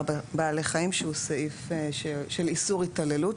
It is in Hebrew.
בעלי חיים שהוא סעיף של איסור התעללות,